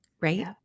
right